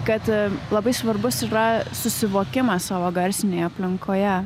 kad labai svarbus yra susivokimas savo garsinėj aplinkoje